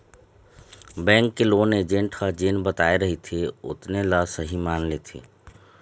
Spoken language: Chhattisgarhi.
बेंक के लोन एजेंट ह जेन बताए रहिथे ओतने ल सहीं मान लेथे